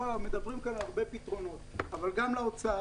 מדברים פה על הרבה פתרונות, אבל גם לאוצר,